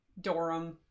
Dorum